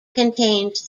contains